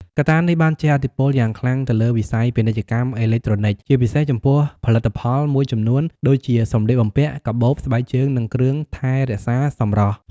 កត្តានេះបានជះឥទ្ធិពលយ៉ាងខ្លាំងទៅលើវិស័យពាណិជ្ជកម្មអេឡិចត្រូនិច ជាពិសេសចំពោះផលិតផលមួយចំនួនដូចជា សម្លៀកបំពាក់ កាបូប ស្បែកជើង និងគ្រឿងថែរក្សាសម្រស់។